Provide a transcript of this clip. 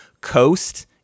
coast